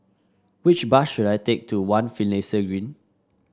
which bus should I take to One Finlayson Green